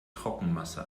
trockenmasse